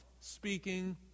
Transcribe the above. speaking